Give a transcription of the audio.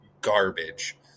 Garbage